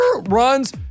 runs